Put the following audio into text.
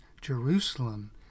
Jerusalem